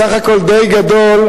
בסך הכול די גדול,